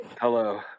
Hello